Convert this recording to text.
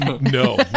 no